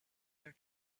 their